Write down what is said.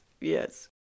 Yes